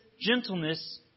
gentleness